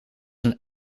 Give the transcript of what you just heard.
een